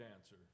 answer